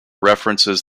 references